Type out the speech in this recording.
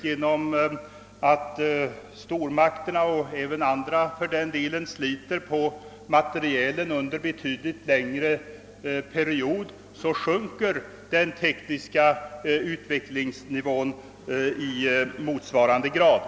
Genom att stormakterna och även andra sliter på materielen under betydligt längre tid sjunker den tekniska utvecklingsnivån i motsvarande grad.